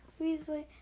Weasley